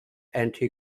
anti